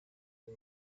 ari